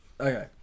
Okay